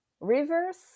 rivers